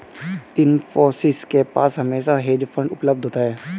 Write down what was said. इन्फोसिस के पास हमेशा हेज फंड उपलब्ध होता है